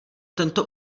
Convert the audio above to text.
tento